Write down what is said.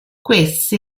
queste